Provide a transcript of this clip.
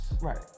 Right